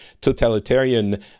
totalitarian